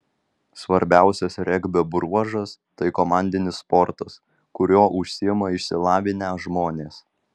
svarbiausias regbio bruožas tai komandinis sportas kuriuo užsiima išsilavinę žmonės